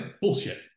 bullshit